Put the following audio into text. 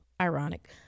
ironic